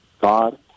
God